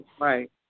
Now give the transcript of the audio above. Right